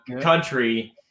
country